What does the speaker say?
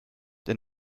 der